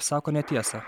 sako netiesą